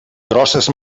grosses